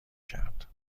کرد